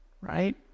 right